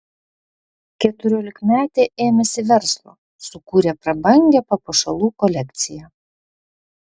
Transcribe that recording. keturiolikmetė ėmėsi verslo sukūrė prabangią papuošalų kolekciją